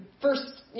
first